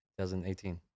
2018